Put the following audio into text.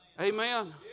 Amen